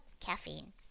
caffeine